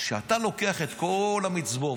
אז כשאתה לוקח את כל המצבור,